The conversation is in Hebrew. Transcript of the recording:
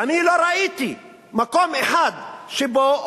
אני לא ראיתי מקום אחד שבו,